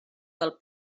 del